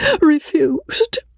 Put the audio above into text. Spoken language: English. refused